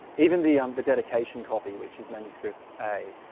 even the the dedications copy, which is manuscript a